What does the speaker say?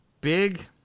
Big